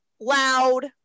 loud